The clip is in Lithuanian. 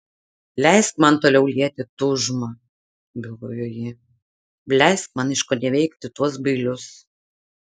leisk man toliau lieti tūžmą bylojo ji leisk man iškoneveikti tuos bailius